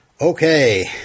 Okay